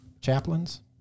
chaplains